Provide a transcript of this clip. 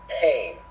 pain